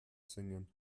singen